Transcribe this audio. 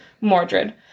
Mordred